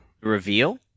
reveal